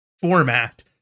format